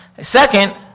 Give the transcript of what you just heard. Second